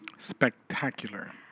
Spectacular